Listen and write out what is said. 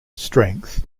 strength